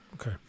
Okay